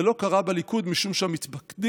זה לא קרה בליכוד משום שהמתפקדים,